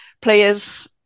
players